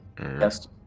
Yes